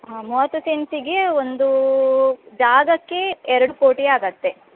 ಹಾಂ ಮೂವತ್ತು ಸೆಂಟ್ಸಿಗೆ ಒಂದು ಜಾಗಕ್ಕೆ ಎರ್ಡು ಕೋಟಿ ಆಗುತ್ತೆ